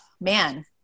man